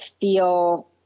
feel